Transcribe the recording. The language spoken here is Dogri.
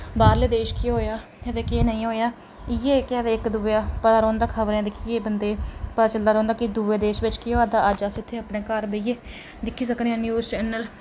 बाह्रले देश केह् होआ ते केह् नेईं होआ इ'यै केह् आखदे इक दुए पता रौंह्नदा खबरां दिक्खियै बंदे पता चलदा रौंह्नदा कि दुए देश बिच केह् होआ दा अज्ज अस इत्थै अपने घर बेहियै दिक्खी सकनेआं न्यूजचैनल